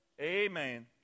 Amen